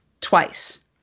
twice